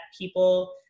people